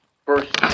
first